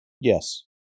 Yes